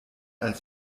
als